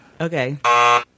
Okay